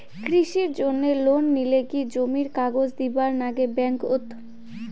কৃষির জন্যে লোন নিলে কি জমির কাগজ দিবার নাগে ব্যাংক ওত?